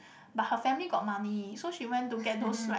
but her family got money so she went to get those right